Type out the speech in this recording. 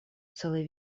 целый